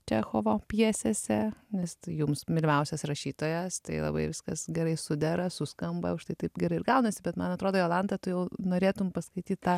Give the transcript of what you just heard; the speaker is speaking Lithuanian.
čechovo pjesėse nes jums mylimiausias rašytojas tai labai viskas gerai sudera suskamba užtai taip gerai ir gaunasi bet man atrodo jolanta tu jau norėtum paskaityt tą